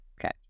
Okay